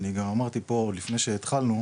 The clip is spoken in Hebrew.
אני גם אמרתי פה, לפני שהתחלנו,